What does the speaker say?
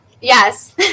Yes